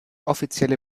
offizielle